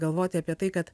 galvoti apie tai kad